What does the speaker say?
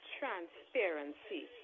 transparency